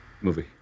Movie